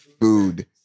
food